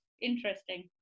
interesting